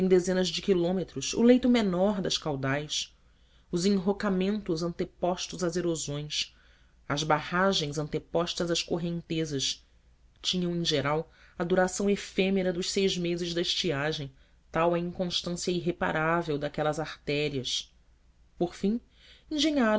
dezenas de quilômetros o leito menor das caudais os enrocamentos antepostos às erosões as barragens antepostas às correntezas tinham em geral a duração efêmera dos seis meses da estiagem tal a inconstância irreparável daquelas artérias por fim